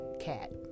cat